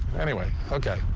anyway, ok.